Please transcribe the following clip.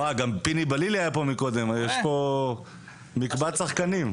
גם פיני בלילי היה פה קודם, יש פה מקבץ שחקנים.